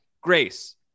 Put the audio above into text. grace